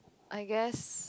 I guess